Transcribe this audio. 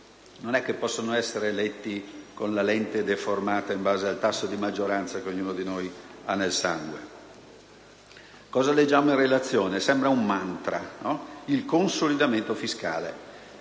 non è che possono essere letti con la lente deformata in base al tasso di maggioranza che ognuno di noi ha nel sangue. Che cosa leggiamo nella Relazione? Sembra un mantra: il consolidamento fiscale.